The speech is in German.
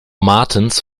martens